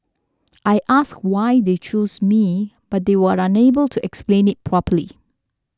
I asked why they chose me but they were unable to explain it properly